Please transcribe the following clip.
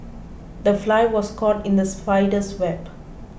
the fly was caught in the spider's web